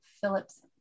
Phillip's